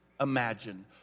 imagine